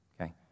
Okay